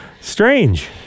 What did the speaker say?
Strange